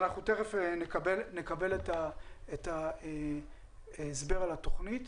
אנחנו תכף נקבל את ההסבר על התוכנית.